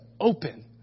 open